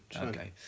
Okay